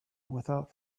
without